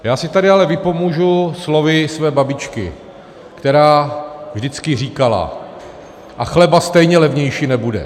Já si tady ale vypomůžu slovy své babičky, která vždycky říkala: a chleba stejně levnější nebude.